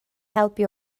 helpu